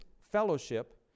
fellowship